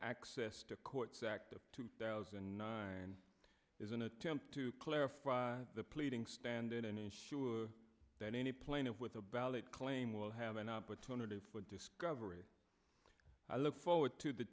access to courts act of two thousand and nine is an attempt to clarify the pleading stand and ensure that any plane of with a ballot claim will have an opportunity for discovery i look forward to the